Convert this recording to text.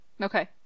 Okay